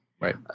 Right